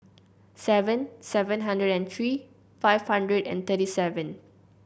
seven seven hundred and three five hundred and thirty seven